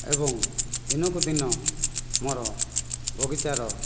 ଏବଂ ଦିନକୁ ଦିନ ମୋର ବଗିଚାର